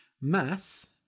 Mass